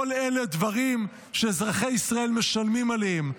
כל אלה דברים שאזרחי ישראל משלמים עליהם.